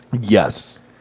Yes